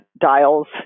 dials